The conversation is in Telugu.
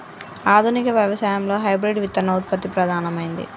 ఆధునిక వ్యవసాయం లో హైబ్రిడ్ విత్తన ఉత్పత్తి ప్రధానమైంది